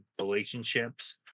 relationships